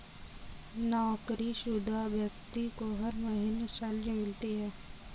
नौकरीशुदा व्यक्ति को हर महीने सैलरी मिलती है